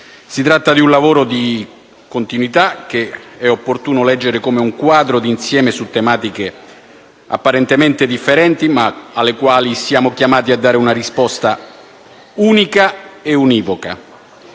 Si tratta di un lavoro di continuità, che è opportuno leggere come un quadro d'insieme su tematiche apparentemente differenti, ma alle quali siamo chiamati a dare una risposta unica ed univoca.